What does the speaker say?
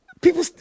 People